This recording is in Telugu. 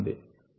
స్లోప్ 0